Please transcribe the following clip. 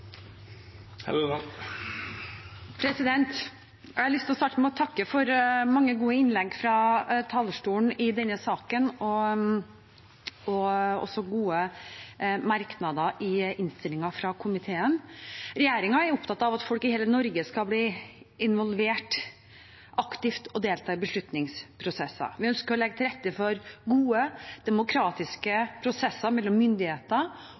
hit. Jeg har lyst til å starte med å takke for mange gode innlegg fra talerstolen i denne saken og for gode merknader i innstillingen fra komiteen. Regjeringen er opptatt av at folk i hele Norge skal bli involvert aktivt og delta i beslutningsprosesser. Vi ønsker å legge til rette for gode demokratiske prosesser mellom